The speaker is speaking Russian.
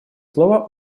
слово